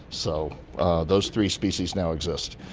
so those three species now exist.